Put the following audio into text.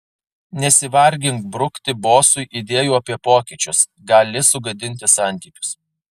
nesivargink brukti bosui idėjų apie pokyčius gali sugadinti santykius